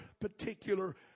particular